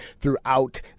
throughout